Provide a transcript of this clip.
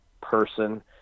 person